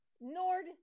Nord